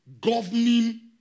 governing